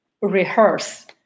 rehearse